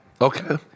Okay